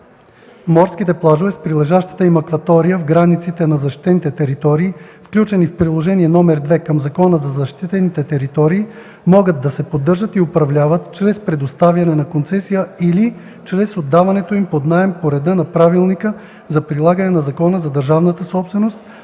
Морските плажове с прилежащата им акватория в границите на защитените територии, включени в Приложение № 2 към Закона за защитените територии, могат да се поддържат и управляват чрез предоставяне на концесия или чрез отдаването им под наем по реда на Правилника за прилагане на Закона за държавната собственост,